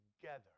together